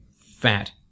fat